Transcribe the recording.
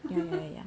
ya ya ya